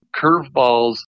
curveballs